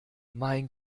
mein